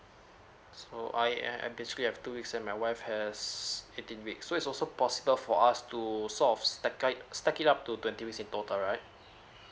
so I am am basically have two weeks and my wife has eighteen weeks so is also possible for us to sort of step guide stack it up to twenty weeks in total right